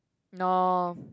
no